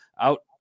out